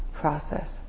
process